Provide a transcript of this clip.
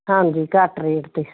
ਹਾਂਜੀ ਘੱਟ ਰੇਟ 'ਤੇ